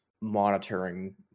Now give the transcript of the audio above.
monitoring